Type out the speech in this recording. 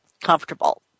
comfortable